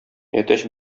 әтәч